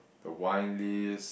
the wine list